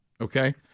Okay